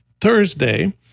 Thursday